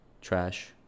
Trash